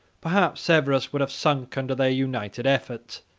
perhaps severus would have sunk under their united effort.